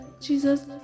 Jesus